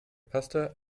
pastor